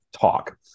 talk